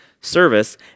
service